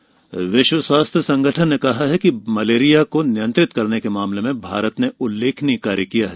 malaria विश्व स्वास्थ्य संगठन ने कहा है कि मलेरिया को नियंत्रित करने के मामले में भारत ने उल्लेखनीय कार्य किया है